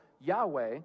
Yahweh